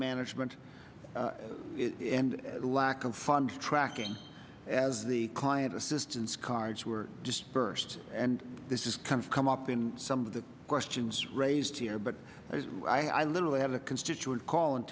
management and lack of funds tracking as the client assistance cards were dispersed and this is kind of come up in some of the questions raised here but i was i literally had a constituent call and